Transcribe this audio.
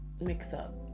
mix-up